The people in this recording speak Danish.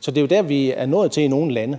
Så det er jo der, vi er nået til, i nogle lande.